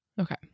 okay